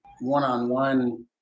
one-on-one